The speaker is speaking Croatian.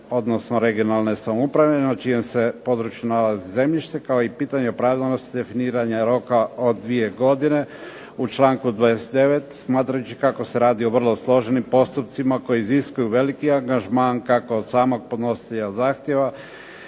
odnosno regionalne samouprave na čijem se području nalazi zemljište, kao i pitanje pravilnosti definiranja roka od 2 godine u članku 29. Smatrajući kako se radi o vrlo složenim postupcima koji iziskuju veliki angažman kako od samog podnositelja zakona